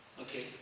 okay